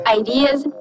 ideas